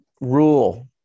rule